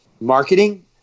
marketing